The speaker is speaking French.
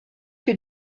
que